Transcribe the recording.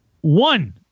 One